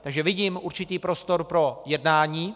Takže vidím určitý prostor pro jednání.